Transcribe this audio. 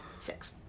six